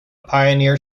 pioneer